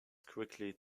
quickly